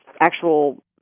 actual –